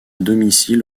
domicile